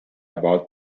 about